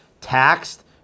Taxed